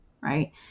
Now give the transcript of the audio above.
Right